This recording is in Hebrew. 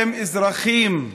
הם אזרחים.